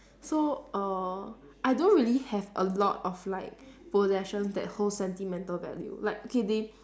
so err I don't really have a lot of like possessions that hold sentimental value like okay they